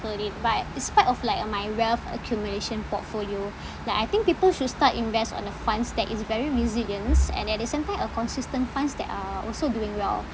heard it but it's part of like uh my wealth accumulation portfolio like I think people should start invest on a funds that is very resilience and at the same time a consistent funds that are also doing well